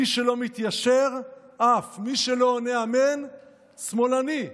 מי שלא מתיישר עף, מי שלא עונה אמן, שמאלני.